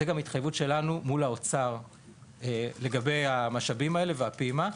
זו גם ההתחייבות שלנו מול האוצר לגבי המשאבים האלה והפעימה,